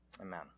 Amen